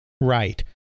Right